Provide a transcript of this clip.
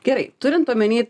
gerai turint omeny